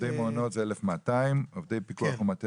עובדי מעונות זה 1,200. עובדי פיקוח ומטה,